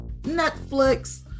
Netflix